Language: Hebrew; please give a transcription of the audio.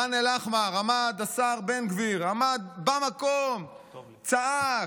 ח'אן אל-אחמר, עמד השר בן גביר, עמד במקום, צעק: